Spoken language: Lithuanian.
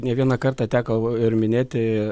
ne vieną kartą teko ir minėti